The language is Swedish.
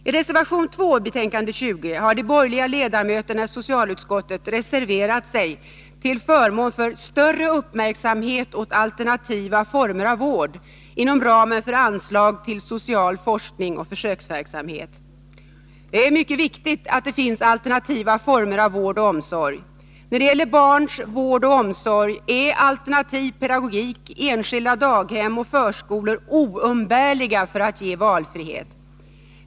I reservation 2 i betänkande 20 har de borgerliga ledamöterna i socialutskottet reserverat sig till förmån för större uppmärksamhet åt alternativa former av vård inom ramen för anslagen till social forskning och försöksverksamhet. Det är mycket viktigt att det finns alternativa former av vård och omsorg. När det gäller barns vård och omsorg är alternativ pedagogik, enskilda daghem och förskolor oumbärliga för att ge valfrihet.